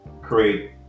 create